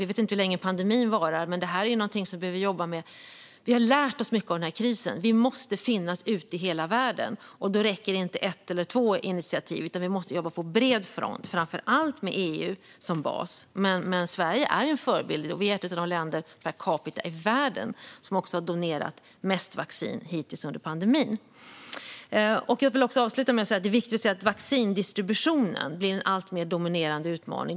Vi vet inte hur länge pandemin varar, men detta är något som vi behöver jobba med. Vi har lärt oss mycket av krisen. Vi måste finnas ute i hela världen. Då räcker det inte med ett eller två initiativ, utan vi måste jobba på bred front, framför allt med EU som bas. Sverige är en förebild. Vi är ett av de länder som per capita har donerat mest vaccin i världen hittills under pandemin. Avslutningsvis är det viktigt att säga att vaccindistributionen blir en alltmer dominerande utmaning.